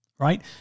right